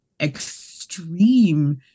extreme